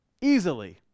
easily